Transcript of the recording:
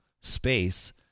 space